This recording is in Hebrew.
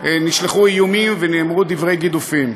נשלחו איומים ונאמרו דברי גידופים.